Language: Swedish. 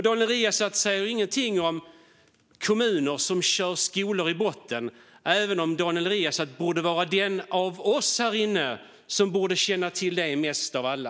Daniel Riazat säger inget om kommuner som kör skolor i botten, även om Daniel Riazat borde vara den av oss här som känner till det bäst av alla.